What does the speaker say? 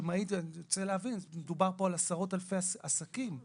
צריך להבין שמדובר כאן על עשרות אלפי עסקים.